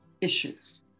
issues